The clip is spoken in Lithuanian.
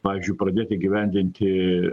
pavyzdžiui pradėt įgyvendinti